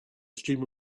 streamer